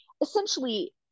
essentially